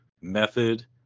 method